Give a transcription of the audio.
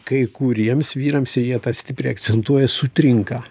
kai kuriems vyrams ir jie tą stipriai akcentuoja sutrinka